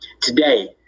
today